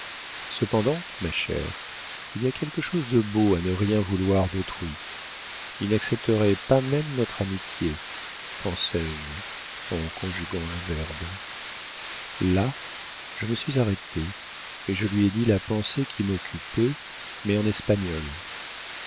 cependant ma chère il y a quelque chose de beau à ne rien vouloir d'autrui il n'accepterait pas même notre amitié pensais-je en conjuguant un verbe là je me suis arrêtée et je lui ai dit la pensée qui m'occupait mais en espagnol